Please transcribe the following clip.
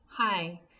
Hi